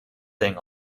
thing